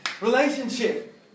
Relationship